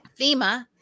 FEMA